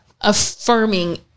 affirming